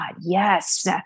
Yes